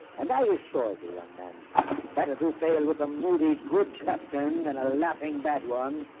and i assure the young man better do sail with a moody good captain and a laughing bad one